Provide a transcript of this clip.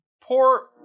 Poor